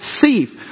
thief